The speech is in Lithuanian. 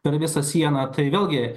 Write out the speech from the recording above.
per visą sieną tai vėlgi